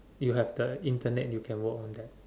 you have the Internet you can work on that